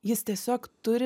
jis tiesiog turi